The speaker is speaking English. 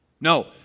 No